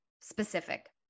specific